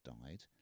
died